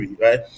right